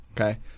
Okay